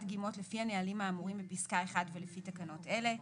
דגימות לפי הנהלים האמורים בפסקה (1) ולפי תקנות אלה,